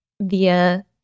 via